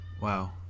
Wow